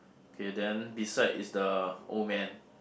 okay then beside is the old man